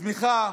הצמיחה